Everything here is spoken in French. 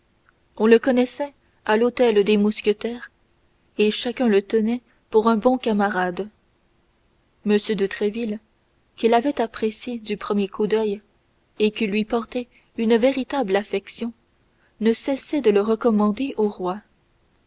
on le connaissait à l'hôtel des mousquetaires et chacun le tenait pour un bon camarade m de tréville qui l'avait apprécié du premier coup d'oeil et qui lui portait une véritable affection ne cessait de le recommander au roi